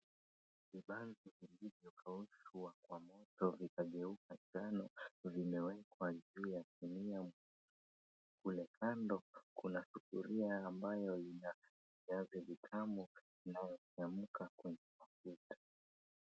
Vibanzi vilivyokaushwa kwa mto na kugeuzwa rangi ya njano zimeekwa juu ya sinia kule kando kuna sufuria ambayo ina viazi vitamu vinavyochemka kwenye mafuta.